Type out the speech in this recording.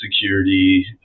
security